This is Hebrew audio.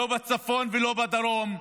לא בצפון ולא בדרום.